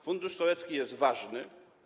Fundusz sołecki jest ważny.